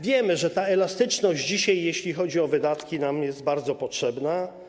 Wiemy, że ta elastyczność dzisiaj, jeśli chodzi o wydatki, jest nam bardzo potrzebna.